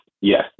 Yes